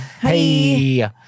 hey